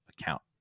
account